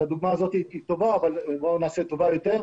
אז הדוגמה הזאת היא טובה, אבל בוא נעשה טובה יותר.